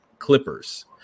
Clippers